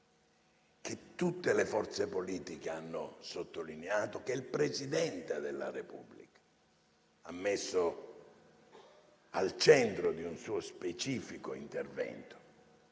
che tutte le forze politiche hanno sottolineato, che il Presidente della Repubblica ha messo al centro di un suo specifico intervento